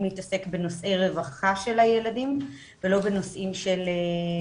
עוסק בנושאי רווחה של הילדים ולא בנושאים של מדד סוציו-אקונומי.